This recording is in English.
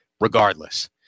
regardless